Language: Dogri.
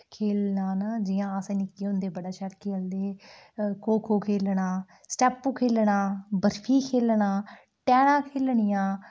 खेढना ना जि'यां असें निक्के होंदे बड़ा शैल खेढदे हे खो खेढना स्टैपू खेढना बर्फी खेढना टैह्ना खेढनियां